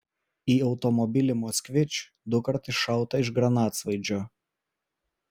į automobilį moskvič dukart iššauta iš granatsvaidžio